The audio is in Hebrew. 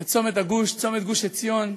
בצומת הגוש, צומת גוש-עציון.